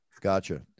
Gotcha